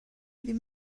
ddim